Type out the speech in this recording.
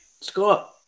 Scott